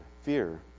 Fear